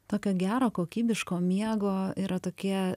tokio gero kokybiško miego yra tokie